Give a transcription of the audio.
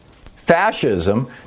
fascism